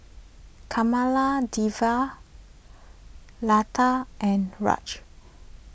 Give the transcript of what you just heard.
Kamaladevi Lata and Raj